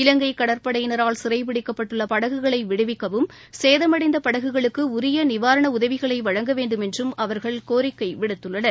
இலங்கை கடற்படையினரால் சிறைபிடிக்கப்பட்டுள்ள படகுகளை விடுவிக்கவும் சேதமடைந்த படகுகளுக்கு உரிய நிவாரண உதவிகளை வழங்க வேண்டுமென்றும் அவர்கள் கோரிக்கை விடுத்துள்ளனர்